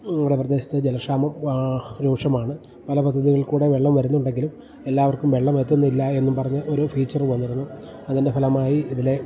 നമ്മുടെ പ്രദേശത്ത് ജല ക്ഷാമം രൂക്ഷമാണ് പല പദ്ധതികൾക്കൂടെ വെള്ളം വരുന്നുണ്ടെങ്കിലും എല്ലാവർക്കും വെള്ളം എത്തുന്നില്ല എന്നും പറഞ്ഞ് ഒരു ഫീച്ചർ വന്നിരുന്നു അതിൻ്റെ ഫലമായി ഇതിലെ